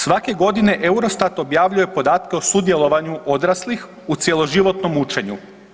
Svake godine Eurostat objavljuje podatke o sudjelovanju odraslih u cjeloživotnom učenju.